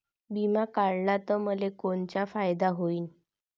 बिमा काढला त मले कोनचा फायदा होईन?